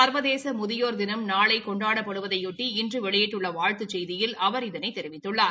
ச்வதேச முதியோர் தினம் நாளை கொண்டாடப்படுவதையொட்டி இன்று வெளியிட்டுள்ள வாழ்த்துச் செய்தியில் அவர் இதனை தெரிவித்துள்ளார்